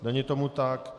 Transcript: Není tomu tak.